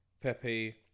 Pepe